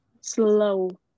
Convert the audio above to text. slow